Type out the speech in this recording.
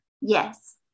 Yes